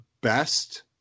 best